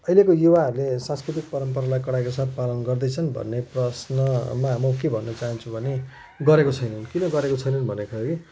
अहिलेको युवाहरूले सांस्कृतिक परम्परालाई कडाइका साथ पालन गर्दैछन् भन्ने प्रश्नमा म के भन्न चाहन्छु भने गरेको छैनन् किन गरेको छैनन् भनेको हो कि